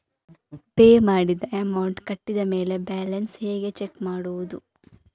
Pay ಮಾಡಿದ amount ಕಟ್ಟಿದ ಮೇಲೆ ಬ್ಯಾಲೆನ್ಸ್ ಹೇಗೆ ಚೆಕ್ ಮಾಡುವುದು?